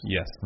Yes